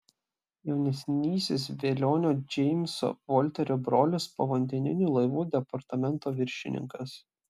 jaunesnysis velionio džeimso volterio brolis povandeninių laivų departamento viršininkas